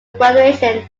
graduation